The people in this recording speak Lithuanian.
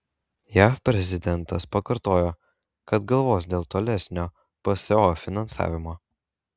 jav prezidentas pakartojo kad galvos dėl tolesnio pso finansavimo